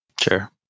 Sure